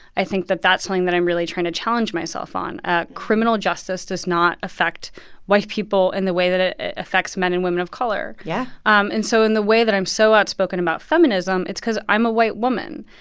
i think that that's something that i'm really trying to challenge myself on. ah criminal justice does not affect white people in the way that it affects men and women of color yeah and so in the way that i'm so outspoken about feminism, it's because i'm a white woman.